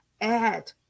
Add